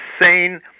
insane